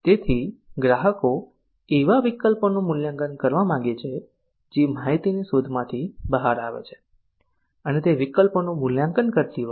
તેથી ગ્રાહકો એવા વિકલ્પોનું મૂલ્યાંકન કરવા માગે છે જે માહિતીની શોધમાંથી બહાર આવે છે અને તે વિકલ્પોનું મૂલ્યાંકન કરતી વખતે